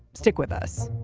stick with us